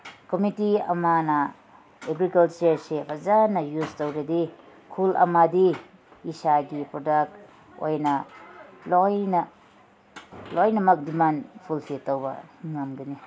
committee ꯑꯃꯅ ꯑꯦꯒ꯭ꯔꯤꯀꯜꯆꯔꯁꯦ ꯐꯖꯅ ꯌꯨꯖ ꯇꯧꯔꯗꯤ ꯈꯨꯜ ꯑꯃꯗꯤ ꯏꯁꯥꯒꯤ ꯄ꯭ꯔꯗꯛ ꯑꯣꯏꯅ ꯂꯣꯏꯅ ꯂꯣꯏꯅꯃꯛ ꯗꯤꯃꯥꯟ ꯐꯨꯜꯐꯤꯜ ꯇꯧꯕ ꯉꯝꯒꯅꯤ